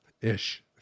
Ish